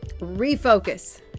refocus